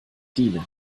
dienen